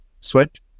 switch